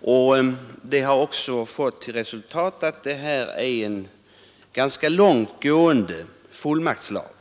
vilket även har fått till resultat att lagen är en ganska långt gående fullmaktslag.